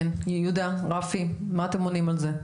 כן, יהודה, רפי, מה אתם עונים על זה?